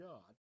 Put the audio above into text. God